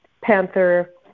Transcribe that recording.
Panther